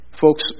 Folks